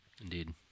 Indeed